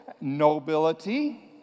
nobility